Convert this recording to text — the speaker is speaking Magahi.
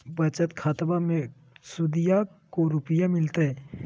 बचत खाताबा मे सुदीया को रूपया मिलते?